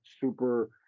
super